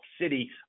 City